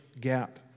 gap